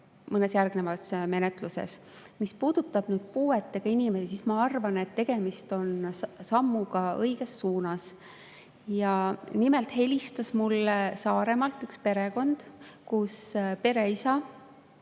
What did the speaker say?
mõnes järgnevas menetluses. Mis puudutab puuetega inimesi, siis ma arvan, et tegemist on sammuga õiges suunas. Nimelt helistas mulle Saaremaalt üks perekond, mille pereisa